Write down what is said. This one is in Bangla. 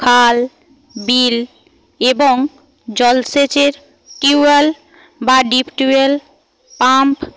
খাল বিল এবং জলসেচের টিউওয়েল বা ডিপ টিউওয়েল পাম্প